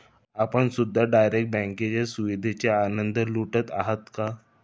आपण सुद्धा डायरेक्ट बँकेच्या सुविधेचा आनंद लुटत आहात का?